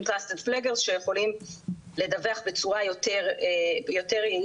Trusted flaggers שיכולים לדווח בצורה יותר יעילה,